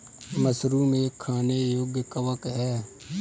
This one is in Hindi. मशरूम एक खाने योग्य कवक है